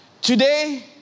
today